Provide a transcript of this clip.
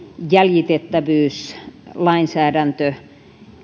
jäljitettävyyslainsäädäntö